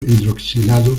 hidroxilado